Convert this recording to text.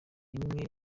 rimwe